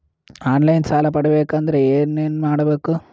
On line ಸಾಲ ಪಡಿಬೇಕಂದರ ಏನಮಾಡಬೇಕು?